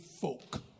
folk